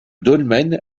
dolmen